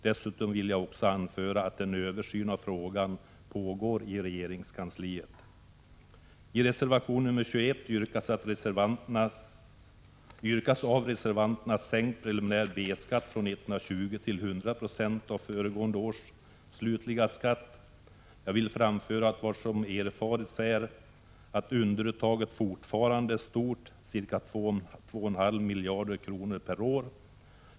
Dessutom vill jag anföra att en översyn av frågan pågår i regeringskansliet. I reservation nr 21 yrkar reservanterna på sänkt uttag av preliminär B-skatt från 120 96 till 100 96 av föregående års slutliga skatt. Jag vill anföra att det har erfarits att underuttaget fortfarande är stort, ca 2,5 miljarder kronor per år.